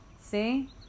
See